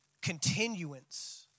continuance